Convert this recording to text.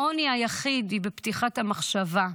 העוני היחיד הוא בפתיחת המחשבה.